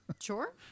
Sure